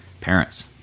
parents